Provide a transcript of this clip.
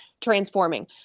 transforming